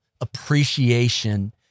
appreciation